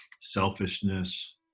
selfishness